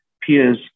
peers